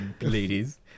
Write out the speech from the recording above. ladies